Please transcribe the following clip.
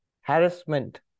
harassment